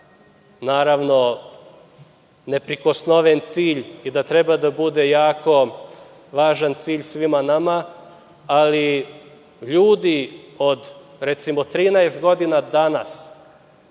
naravno, neprikosnoven cilj i da treba da bude jako važan cilj svima nama, ali ljudi od, recimo 13 godina, danas